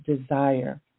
desire